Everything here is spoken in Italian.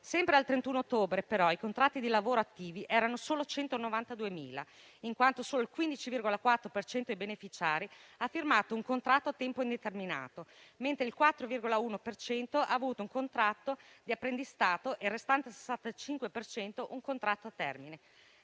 sempre al 31 ottobre, però, i contratti di lavoro attivi erano solo 192.000, in quanto solo il 15,4 per cento dei beneficiari ha firmato un contratto a tempo indeterminato, mentre il 4,1 per cento ha avuto un contratto di apprendistato e il restante 65 per cento un contratto a termine.